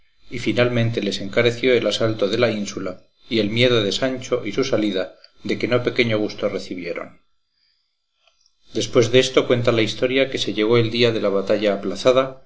y finalmente les encareció el asalto de la ínsula y el miedo de sancho y su salida de que no pequeño gusto recibieron después desto cuenta la historia que se llegó el día de la batalla aplazada